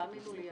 תאמינו לי,